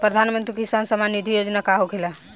प्रधानमंत्री किसान सम्मान निधि योजना का होखेला?